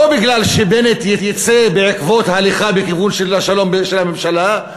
לא מפני שבנט יצא בעקבות הליכה בכיוון של השלום של הממשלה,